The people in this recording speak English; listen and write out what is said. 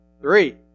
Three